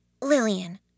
Lillian